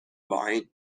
line